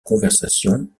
conversations